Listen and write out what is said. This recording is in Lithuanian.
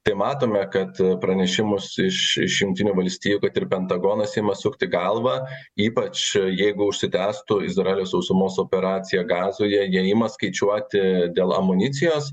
tai matome kad pranešimus iš iš jungtinių valstijų kad ir pentagonas ima sukti galvą ypač jeigu užsitęstų izraelio sausumos operacija gazoje jie ima skaičiuoti dėl amunicijos